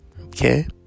okay